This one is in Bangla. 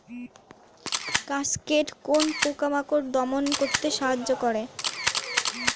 কাসকেড কোন পোকা মাকড় দমন করতে সাহায্য করে?